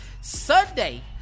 Sunday